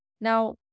Now